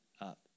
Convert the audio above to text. up